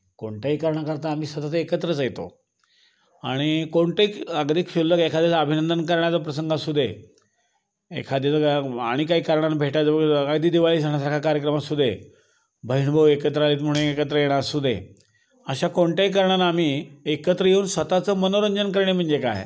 कोणत्याही कारणा करता आम्ही सतत एकत्रच येतो आणि कोणतंही अगदीच क्षुल्लक एखाद्याचं अभिनंदन करण्याचा प्रसंग असू दे एखाद्याचं आणि काही कारणानं भेटायचं दिवाळी सणासारखा कार्यक्रम असू दे बहीणभाऊ एकत्र दे अशा कोणत्याही कारणानं आम्ही एकत्र येऊन स्वतःचं मनोरंजन करणे म्हणजे काय